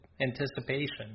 anticipation